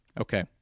Okay